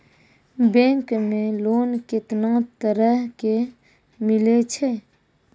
Bank मे loan कैतना तरह के मिलै छै?